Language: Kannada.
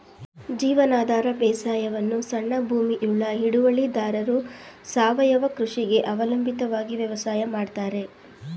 ಜೀವನಾಧಾರ ಬೇಸಾಯವನ್ನು ಸಣ್ಣ ಭೂಮಿಯುಳ್ಳ ಹಿಡುವಳಿದಾರರು ಸಾವಯವ ಕೃಷಿಗೆ ಅವಲಂಬಿತವಾಗಿ ವ್ಯವಸಾಯ ಮಾಡ್ತರೆ